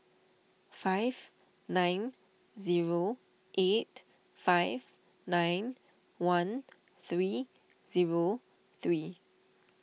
five nine zero eight five nine one three zero three